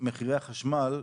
מחירי החשמל,